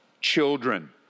children